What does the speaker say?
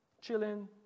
chilling